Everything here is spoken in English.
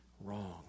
wrong